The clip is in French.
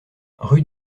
rue